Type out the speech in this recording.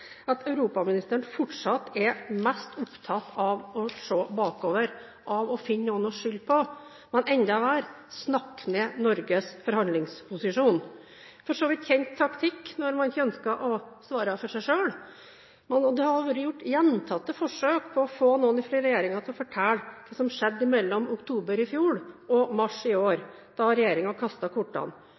at europaministeren fortsatt er mest opptatt av å se bakover, av å finne noen å skylde på, og enda verre, at han snakker ned Norges forhandlingsposisjon. Det er for så vidt en kjent taktikk når en ikke ønsker å svare for seg selv. Det har vært gjort gjentatte forsøk på å få noen fra regjeringen til å fortelle hva som skjedde mellom oktober i fjor og mars i år, da regjeringen kastet kortene.